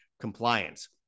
compliance